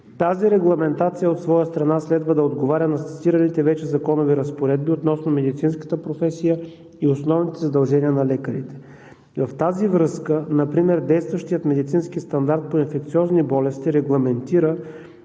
Тази регламентация от своя страна следва да отговаря на цитираните вече законови разпоредби относно медицинската професия и основните задължения на лекарите. В тази връзка например действащият Медицински стандарт по инфекциозни болести регламентира,